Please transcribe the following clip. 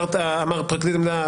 אמר פרקליט המדינה,